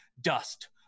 Dust